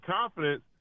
confidence